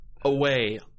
away